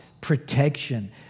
protection